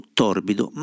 torbido